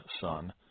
son